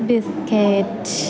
biscuit